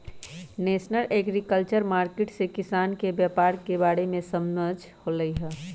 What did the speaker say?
national agriculture market से किसान के व्यापार के बारे में समझ होलई ह